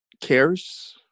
cares